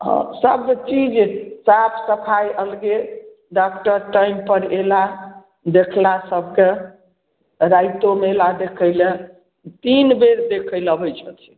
हँ सब चीज साफ सफाइके रातिओमे अयला देखै लै तीन बेर देखै लै अबैत छथिन